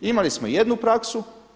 Imali smo jednu praksu.